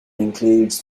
includes